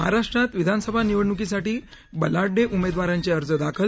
महाराष्ट्रात विधानसभा निवडणुकीसाठी बलाढ़य उमेदवारांचे अर्ज दाखल